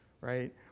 right